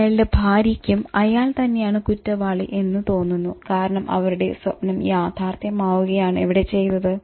അയാളുടെ ഭാര്യയ്ക്കും അയാൾ തന്നെയാണ് കുറ്റവാളി എന്ന് തോന്നുന്നു കാരണം അവരുടെ സ്വപ്നം യാഥാർഥ്യമാവുകയാണ് ഇവിടെ ചെയ്തത്